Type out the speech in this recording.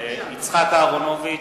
יצחק אהרונוביץ,